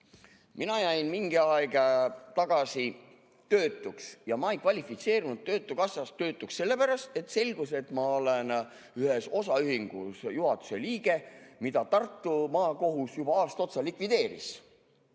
Mina jäin mingi aeg tagasi töötuks ja ma ei kvalifitseerunud töötukassas töötuks sellepärast, et selgus, et ma olen juhatuse liige ühes osaühingus, mida Tartu Maakohus juba aasta otsa likvideeris.